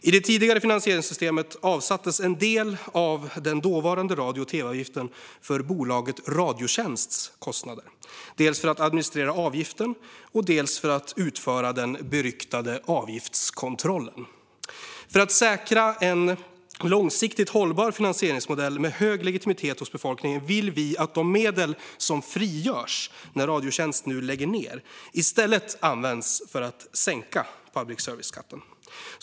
I det tidigare finansieringssystemet avsattes en del av den dåvarande radio och tv-avgiften för bolaget Radiotjänsts kostnader, dels för att administrera avgiften, dels för att Radiotjänst skulle utföra den beryktade avgiftskontrollen. För att säkra en långsiktigt hållbar finansieringsmodell med hög legitimitet hos befolkningen vill vi att de medel som frigörs när Radiotjänst nu läggs ned i stället används för att sänka public service-skatten.